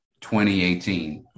2018